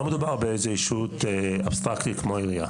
לא מדובר באיזה ישות אבסטרקטית כמו עירייה.